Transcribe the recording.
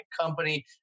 company